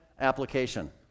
application